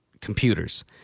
computers